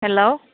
hello